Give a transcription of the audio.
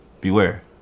beware